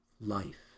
life